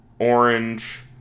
orange